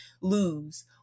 lose